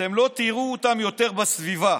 אתם לא תראו אותן יותר בסביבה,